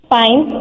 fine